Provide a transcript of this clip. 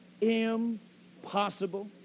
impossible